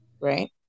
right